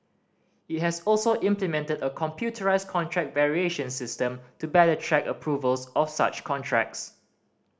it has also implemented a computerised contract variation system to better track approvals of such contracts